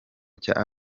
cya